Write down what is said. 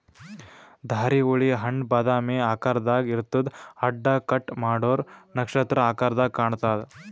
ಧಾರೆಹುಳಿ ಹಣ್ಣ್ ಬಾದಾಮಿ ಆಕಾರ್ದಾಗ್ ಇರ್ತದ್ ಅಡ್ಡ ಕಟ್ ಮಾಡೂರ್ ನಕ್ಷತ್ರ ಆಕರದಾಗ್ ಕಾಣತದ್